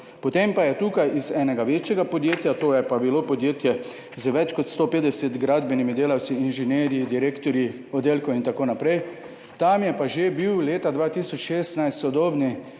Potem pa je tukaj iz enega večjega podjetja, to je pa bilo podjetje z več kot 150 gradbenimi delavci, inženirji, direktorji oddelkov itn., tam je pa že bil leta 2016 sodobni